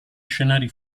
scenari